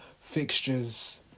fixtures